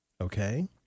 okay